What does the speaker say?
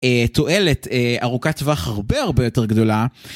תועלת ארוכת טווח הרבה הרבה יותר גדולה.